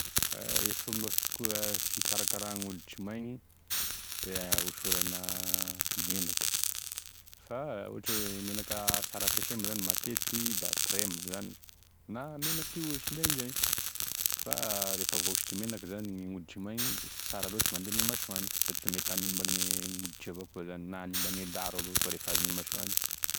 E fomba fikora- fikarakarany hoditry maigny da hosorana menaky fa ohatra hoe e menakysara ampesay moa zany matetiky da creme na menaky ihosy indraindray fa rehefa vahositry menaky zany gn'hoditry maigny da sy sara loatry mandeha ame masoandro satria mety hanimba gne gn'hoditry na manimba gne daro avao koa refa azon'ny masoandro..